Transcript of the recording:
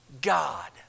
God